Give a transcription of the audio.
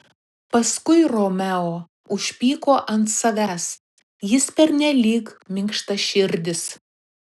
paskui romeo užpyko ant savęs jis pernelyg minkštaširdis